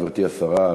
גברתי השרה,